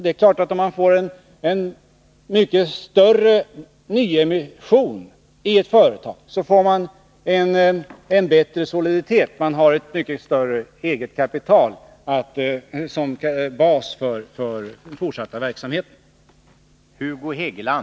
Det är klart att en mycket större nyemission i ett företag leder till en bättre soliditet, ett mycket större eget kapital som bas för den fortsatta verksamheten.